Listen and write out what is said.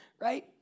right